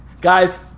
Guys